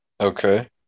Okay